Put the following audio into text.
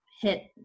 hit